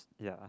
ya